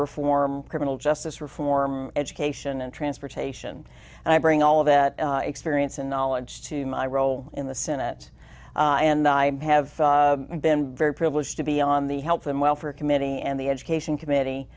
reform criminal justice reform education and transportation and i bring all of that experience and knowledge to my role in the senate and i have been very privileged to be on the help them well for committee and the education committee